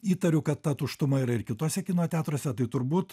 įtariu kad ta tuštuma yra ir kituose kino teatruose tai turbūt